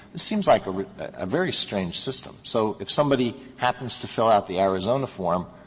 it seems like a very strange system. so if somebody happens to fill out the arizona form,